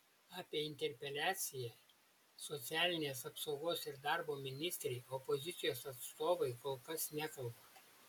apie interpeliaciją socialinės apsaugos ir darbo ministrei opozicijos atstovai kol kas nekalba